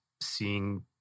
seeing